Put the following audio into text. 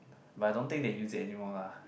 but I don't think they use it anymore lah